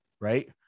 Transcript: right